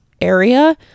area